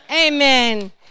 Amen